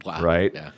Right